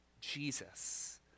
Jesus